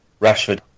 Rashford